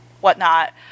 whatnot